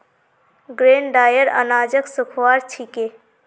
grain dryer अनाजक सुखव्वार छिके